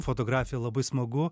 fotografija labai smagu